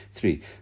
three